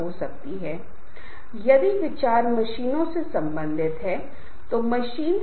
तो दोस्तों मेरे पिछले व्याख्यानों और आज के व्याख्यान के दौरान मैंने विभिन्न विषयों से संबंधित बहुत सारी बातों पर चर्चा की है